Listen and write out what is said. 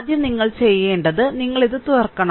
ആദ്യം നിങ്ങൾ ചെയ്യേണ്ടത് നിങ്ങൾ ഇത് തുറക്കണം